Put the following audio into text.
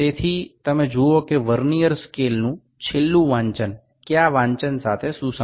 તેથી તમે જુઓ કે વર્નીઅર સ્કેલનું છેલ્લું વાંચન કયા વાંચન સાથે સુસંગત છે